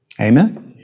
Amen